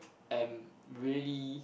am really